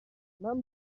براش